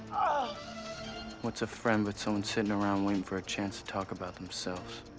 ah what's a friend, but someone sittin' around, waitin' for a chance to talk about themselves?